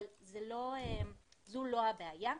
אבל זו לא הבעיה.